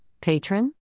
patron